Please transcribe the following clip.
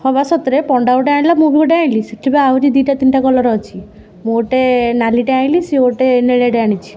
ହଁ ବା ସତରେ ପଣ୍ଡା ଗୋଟେ ଆଣିଲା ମୁଁ ବି ଗୋଟେ ଆଣିଲି ସେଇଠି ବା ଆହୁରି ଦୁଇଟା ତିନଟା କଲର୍ ଅଛି ମୁଁ ଗୋଟେ ନାଲିଟେ ଆଣିଲି ସିଏ ଗୋଟେ ନେଳିଆଟେ ଆଣିଛି